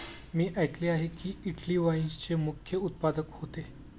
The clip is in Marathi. मी ऐकले आहे की, इटली वाईनचे मुख्य उत्पादक होते